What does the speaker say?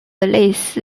类似